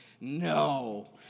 No